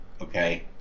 Okay